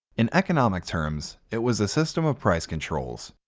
in economic terms it was a system of price controls,